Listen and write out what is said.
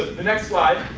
ah next slide.